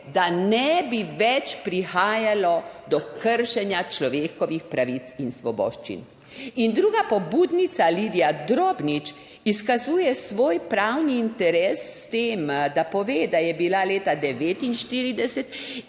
da ne bi več prihajalo do kršenja človekovih pravic in svoboščin. In druga pobudnica Lidija Drobnič izkazuje svoj pravni interes s tem, da pove, da je bila leta 49